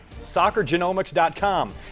SoccerGenomics.com